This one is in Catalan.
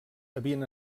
havien